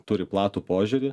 turi platų požiūrį